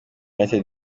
united